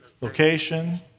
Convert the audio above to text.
Location